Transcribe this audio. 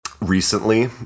recently